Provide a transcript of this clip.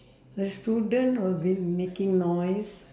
the student will be making noise